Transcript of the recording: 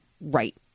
right